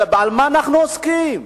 במה אנחנו עוסקים?